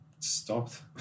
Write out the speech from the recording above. stopped